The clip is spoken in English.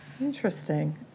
Interesting